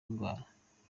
ndwara